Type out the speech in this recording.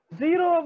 zero